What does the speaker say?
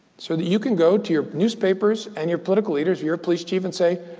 so that you can go to your newspapers and your political leaders, your police chief, and say,